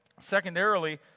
Secondarily